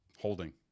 Holding